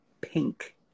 pink